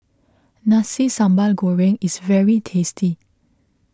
Nasi Sambal Goreng is very tasty